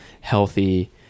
healthy